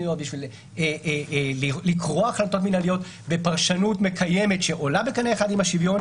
בשביל לקרוא החלטות מינהליות בפרשנות מקיימת שעולה בקנה אחד עם השוויון,